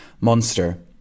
Monster